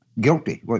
guilty